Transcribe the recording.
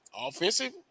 offensive